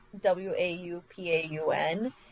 W-A-U-P-A-U-N